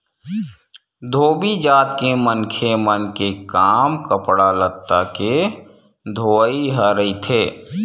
धोबी जात के मनखे मन के काम कपड़ा लत्ता के धोवई ह रहिथे